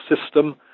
system